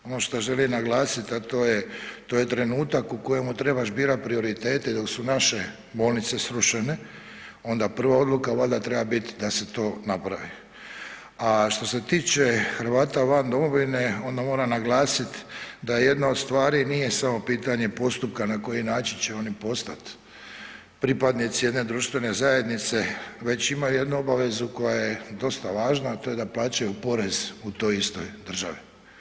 Ono što želim naglasit a to je, to je trenutak u kojemu trebaš birat prioritete i dok su naše bolnice srušene, onda prva odluka valjda treba bit da se to napravi a što se tiče Hrvata van domovine, onda moram naglasit da jedna od stvari nije samo pitanje postupka na koji način će oni postat pripadnici jedne društvene zajednice već ima jednu obavezu koja je dosta važna a to je da plaćaju porez u toj istoj državi.